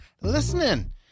listening